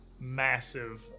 massive